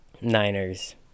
Niners